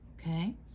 Okay